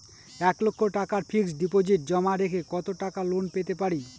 এক লক্ষ টাকার ফিক্সড ডিপোজিট জমা রেখে কত টাকা লোন পেতে পারি?